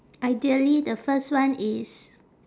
ideally the first one is